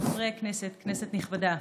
חברי הכנסת, כנסת נכבדה,